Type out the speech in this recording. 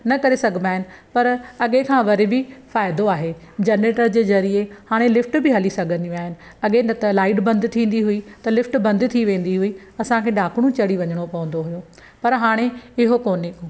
न करे सघिबा आहिनि पर अॻे खां वरी बि फ़ाइदो आहे जनरेटर जे ज़रिए हाणे लिफ्ट बि हली सघंदियूं आहिनि अॻे न त लाइट बंदि थींदी हुई त लिफ्ट बंदि थी वेंदी हुई असांखे ॾाकणूं चढ़ी वञिणो पवंदो हुओ पर हाणे इहो कोन्हे को